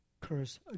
curse